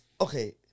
okay